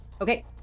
Okay